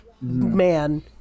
man